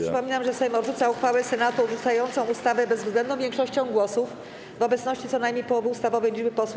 Przypominam, że Sejm odrzuca uchwałę Senatu odrzucającą ustawę bezwzględną większością głosów w obecności co najmniej połowy ustawowej liczby posłów.